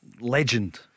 legend